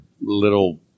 little